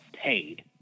paid